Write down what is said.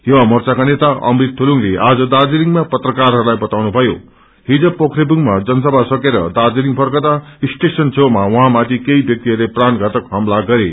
युवामार्चाका नेता अमुत थलुङले आज दार्जीलिङमा पत्राकारहरूलाई बताउनु भयो हिज पोखेबुङमा जनसभा सकेर दार्जीलिङ फर्कदा सटेशन छेउमा उहाँमाथि केही व्याक्तिहरूले प्राणघातक हमला गरे